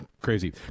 crazy